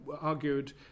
argued